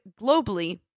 globally